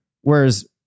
whereas